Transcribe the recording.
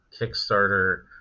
Kickstarter